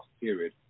period